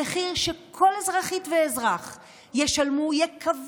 המחיר שכל אזרחית ואזרח ישלמו יהיה כבד,